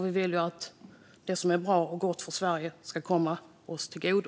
Vi vill ju att det som är bra och gott för Sverige ska komma oss till godo.